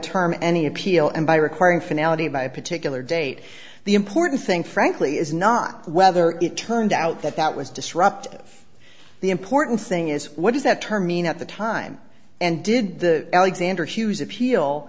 term any appeal and by requiring fidelity by a particular date the important thing frankly is not whether it turned out that that was disruptive the important thing is what does that term mean at the time and did the alexander hughes appeal